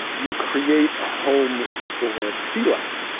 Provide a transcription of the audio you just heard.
you create a home for sea life.